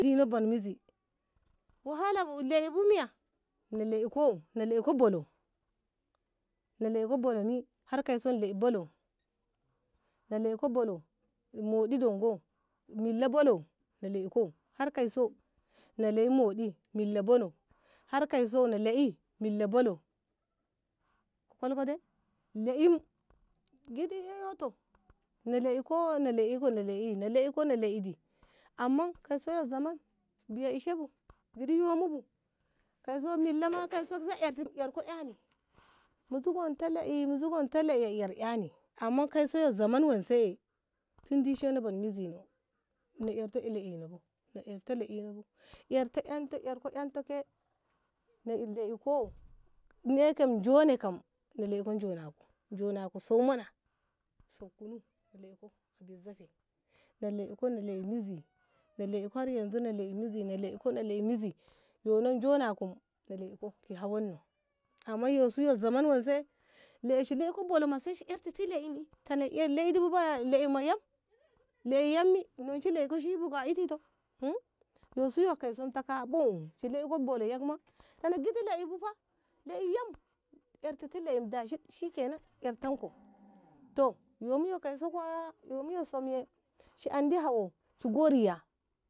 dina bun mizi wahala bu laibo miya na laiko na laiko ballau na laiko ballau mi har kaiso laino ballau na laika ballau moɗi dongo milla ballau na laiko har kaiso na lai moɗi milla ballau har kaisau na laidi ballau kalku de laim gidi eyto na laiko na laiko na laiko na laidi amman kaiso ko zaman biye ishebu kaiso milama kaiso arto eyni mu zugonto lai mu zugonto lai ar ani amman kaiso ma zaman weise tun dishino bono ma mizino na erto ma lai nobu erto ento arko yento do na in laiko joni kam na laika juna kum. junakum sau nawa sau kunum na laiko boi zaffe na laiko na laiko ze na lai ko har yanzu na laiko zi na laiko ki hauwannu ey yosu lo zaman wanshe leishi ko shi ballau ma sai shi yartiti lai ma tana laidibo baya lai yam nonshi laikoshiba ka itito yusu gunta kabu shi laishe ballau yak matana gidi laibu ba lai yum ertiti lai shikenan ertanko dashi to yu muye kasu kuwa yumiye some shi andi awo shi de riya